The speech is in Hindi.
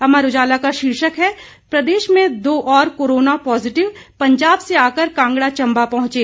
अमर उजाला का शीर्षक है प्रदेश में दो और कोरोना पॉजिटिव पंजाब से आकर कांगड़ा चंबा पहुंचे